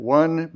one